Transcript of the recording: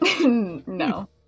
no